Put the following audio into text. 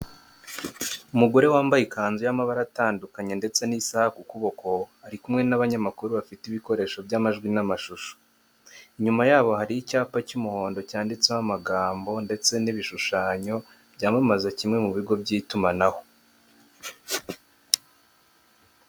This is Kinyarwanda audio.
Umugore wambaye ikanzu y'amabara atandukanye ndetse n'isaha ku kuboko, ari kumwe n'abanyamakuru bafite ibikoresho by'amajwi n'amashusho, inyuma yabo hari icyapa cy'umuhondo cyanditseho amagambo ndetse n'ibishushanyo byamamaza kimwe mu bigo by'itumanaho.